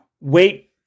wait